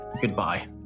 goodbye